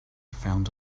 found